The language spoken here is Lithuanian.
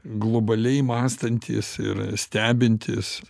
globaliai mąstantys ir stebintys